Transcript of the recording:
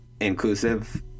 inclusive